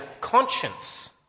conscience